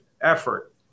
effort